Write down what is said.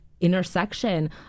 intersection